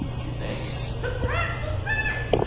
you say subscribe subscribe